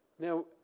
Now